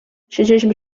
siedzieliśmy